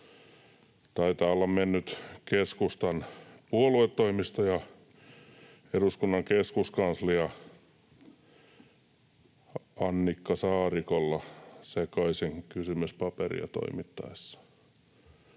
Taitaa olla mennyt keskustan puoluetoimisto ja eduskunnan keskuskanslia Annika Saarikolla sekaisin kysymyspaperia toimittaessaan.